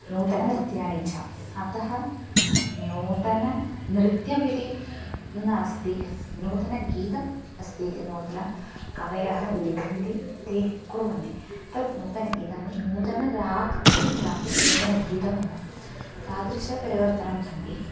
नूतननृत्याणि च अतः नूतननृत्यम् इति नास्ति नूतनगीतम् अस्ति नूतनकवयः लिखन्ति ते कुर्वन्ति तत् नूतनगीतानि नूतनरागः इति नास्ति नूतनगीतमेव तादृशपरिवर्तनानि सन्ति